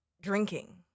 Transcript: drinking